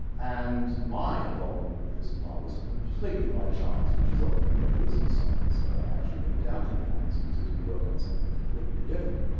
and my involvement with this plant was completely by chance, which is often the way it is in science. i actually went down to the amazon to do work on something completely different,